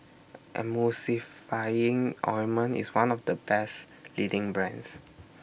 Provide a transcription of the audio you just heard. Emulsying Ointment IS one of The Best leading brands